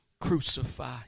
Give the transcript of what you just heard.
crucify